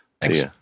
Thanks